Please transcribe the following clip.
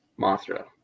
Mothra